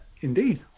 Indeed